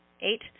Eight